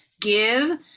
give